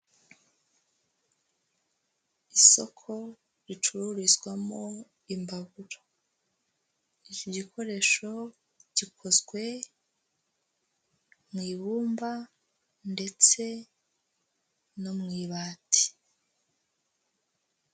Isoko ricururizwamo imbabura iki gikoresho gikozwe mu ibumba ndetse no mu ibati.